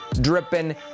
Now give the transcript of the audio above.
dripping